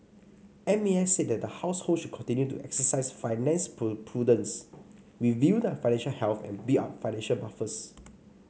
M A S said that households should continue to exercise financial put prudence review their financial health and build up financial buffers